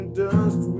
dust